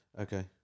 Okay